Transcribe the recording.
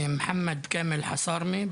מוחמד כאמל חסרמה,